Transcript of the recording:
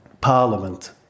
parliament